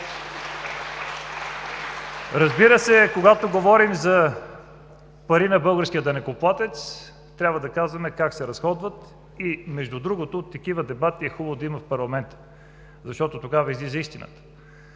Разбира се, когато говорим за пари на българския данъкоплатец, трябва да казваме как се разходват. Между другото, хубаво е такива дебати да има в парламента, защото тогава излиза истината.